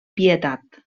pietat